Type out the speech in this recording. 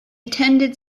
attended